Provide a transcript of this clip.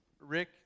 Rick